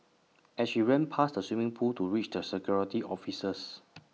as she ran past the swimming pool to reach the security officers